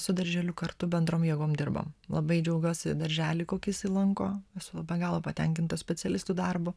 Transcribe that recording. su darželiu kartu bendrom jėgom dirbam labai džiaugiuosi darželį kokį jisai lanko esu be galo patenkinta specialistų darbu